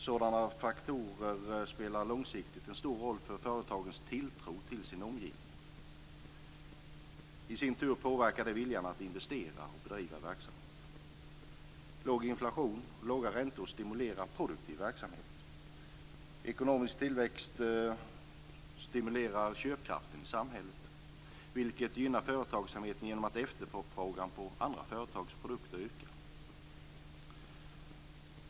Sådana faktorer spelar långsiktigt en stor roll för företagens tilltro till sin omgivning. I sin tur påverkar det viljan att investera och bedriva verksamhet. Låg inflation och låga räntor stimulerar produktiv verksamhet. Ekonomisk tillväxt stimulerar köpkraften i samhället, vilket gynnar företagsamheten genom att efterfrågan på andra företags produkter ökar.